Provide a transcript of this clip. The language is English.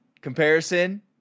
comparison